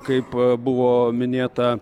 kaip buvo minėta